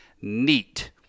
Neat